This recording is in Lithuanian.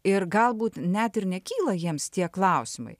ir galbūt net ir nekyla jiems tie klausimai